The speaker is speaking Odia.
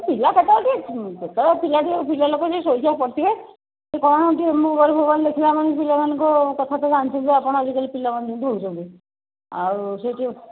ପିଲା କେତେବେଳେ ଟିକେ କେତେବେଳେ ପିଲା ପିଲା ଲୋକ ଟିକେ ସେ ଶୋଇଶାଇ ପଡ଼ିଥିବେ ସେ କ'ଣ କି ମୋବାଇଲ୍ ଫୋବାଇଲ୍ ଦେଖିଲା ମାନେ ପିଲାମାନଙ୍କୁ କଥା ତ ଜାଣୁଛନ୍ତି ଆପଣ ଆଜିକାଲି ପିଲାମାନେ ଯେମିତି ହେଉଛନ୍ତି ଆଉ ସେଇଠି